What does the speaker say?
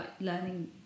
learning